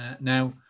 Now